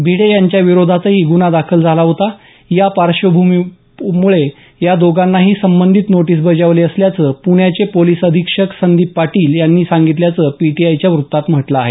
भिडे यांच्याविरोधातही गुन्हा दाखल झाला होता या पार्श्वभूमीमुळे या दोघांनाही संबंधित नोटीस बजावली असल्याचं पृण्याचे पोलिस अधीक्षक संदीप पाटील यांनी सांगितल्याचं पीटीआयच्या वृत्तात म्हटलं आहे